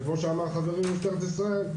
וכמו שאמר חברי ממשטרת ישראל,